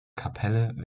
kapelle